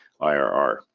IRR